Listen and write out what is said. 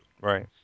right